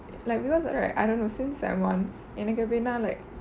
like because right I don't know since sem one எனக்கு எப்படினா:yenakku epadinaa like